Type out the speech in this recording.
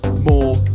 more